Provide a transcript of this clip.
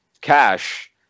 cash